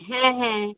হ্যাঁ হ্যাঁ